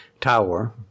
tower